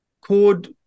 called